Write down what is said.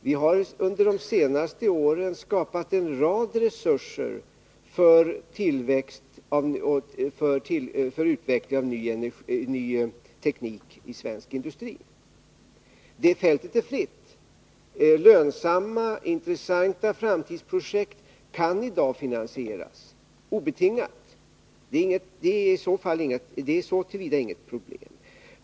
Vi har under de senaste åren skapat en rad resurser för utveckling av ny teknik i svensk industri. Det fältet är fritt. Lönsamma, intressanta framtidsprojekt kani dag finansieras — obetingat. Så till vida är det inget problem.